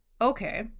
okay